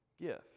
gift